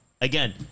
again